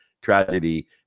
tragedy